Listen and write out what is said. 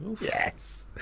yes